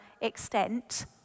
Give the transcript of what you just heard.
extent